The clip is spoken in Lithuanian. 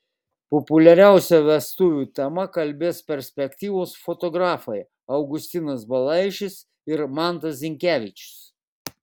populiaria vestuvių tema kalbės perspektyvūs fotografai augustinas balaišis ir mantas zinkevičius